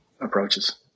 approaches